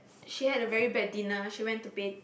she had a very bad dinner she went to bed